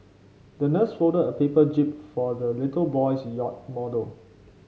the nurse folded a paper jib for the little boy's yacht model